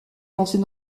lancer